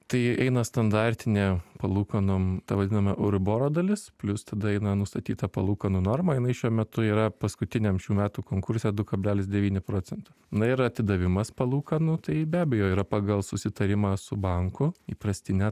tai eina standartinė palūkanom ta vadinama euriboro dalis plius tada eina nustatyta palūkanų norma jinai šiuo metu yra paskutiniam šių metų konkurse du kablelis devyni procento na ir atidavimas palūkanų tai be abejo yra pagal susitarimą su banku įprastine